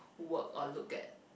work or look at